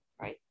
Right